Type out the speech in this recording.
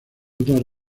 otras